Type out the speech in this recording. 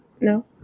No